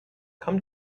come